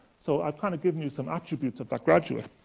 so, i've kind of given you some attributes of that graduate.